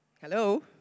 Hello